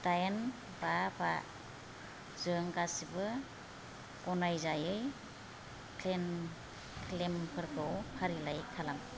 दाइन बा बाजों गासिबो गनायजायै क्लेइम फोरखौ फारिलाइ खालाम